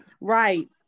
Right